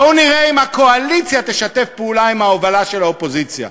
בואו נראה אם הקואליציה תשתף פעולה עם ההובלה של האופוזיציה.